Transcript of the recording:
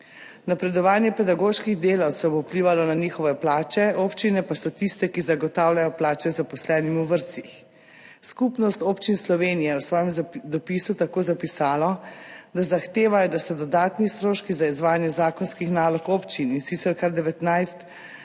Napredovanje pedagoških delavcev bo vplivalo na njihove plače, občine pa so tiste, ki zagotavljajo plače zaposlenim v vrtcih. Skupnost občin Slovenije je v svojem dopisu tako zapisalo, da zahtevajo, da se dodatni stroški za izvajanje zakonskih nalog občin, in sicer kar 19